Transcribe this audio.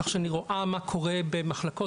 כך שאני רואה מה קורה במחלקות,